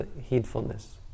heedfulness